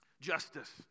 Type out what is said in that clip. justice